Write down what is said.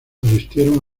asistieron